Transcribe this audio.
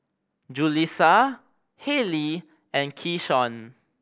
Julissa Hallie and Keyshawn